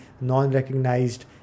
non-recognized